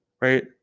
right